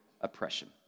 oppression